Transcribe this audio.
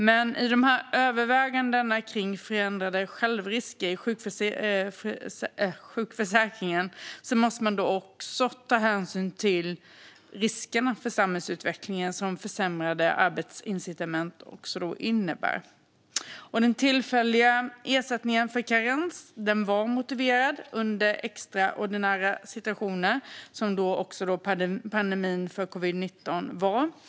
Men i övervägandena om förändrade självrisker i sjukförsäkringen måste man också ta hänsyn till de risker för samhällsutvecklingen som försämrade arbetsincitament innebär. Den tillfälliga ersättningen för karens var motiverad under en extraordinär situation som covid-19-pandemin.